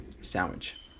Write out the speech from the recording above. sandwich